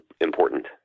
important